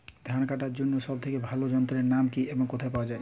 ধান কাটার জন্য সব থেকে ভালো যন্ত্রের নাম কি এবং কোথায় পাওয়া যাবে?